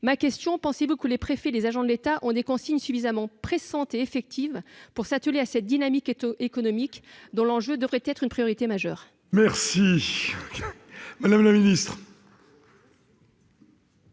préfet. Pensez-vous que les préfets et les agents de l'État ont des consignes suffisamment pressantes et effectives pour s'atteler à cette dynamique économique, dont l'enjeu devrait être une priorité majeure ? La parole est à Mme la ministre.